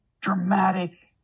dramatic